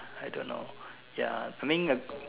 I don't know ya I mean a